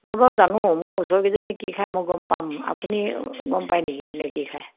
মই বাউ জানো মোৰ ওচৰ কেইজনীয়ে কি খায় মই গম পাম আপুনি গম পায় নেকি কোনে কি খায়